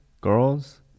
girls